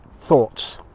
thoughts